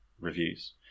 reviews